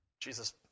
Jesus